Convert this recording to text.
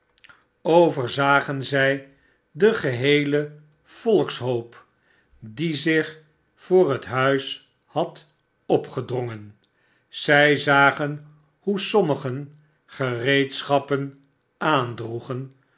overzagen zij den barnaby rudge geheelen volkshoop die zich voor het huis had opgedrongen zij zagen hoe sommigen gereedsehappen